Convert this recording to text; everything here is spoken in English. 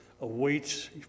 awaits